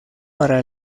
para